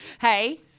hey